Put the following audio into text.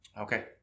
Okay